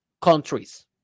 countries